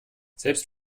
selbst